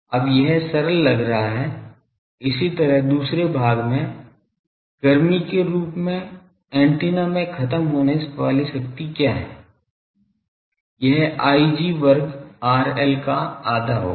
अब यह सरल लग रहा है इसी तरह दूसरे भाग में गर्मी के रूप में एंटीना में ख़त्म होने वाली शक्ति क्या है यह Ig वर्ग RL का आधा होगा